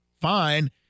fine